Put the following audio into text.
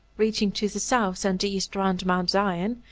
reaching to the south and east round mount zion,